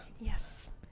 Yes